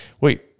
Wait